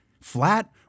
Flat